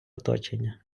оточення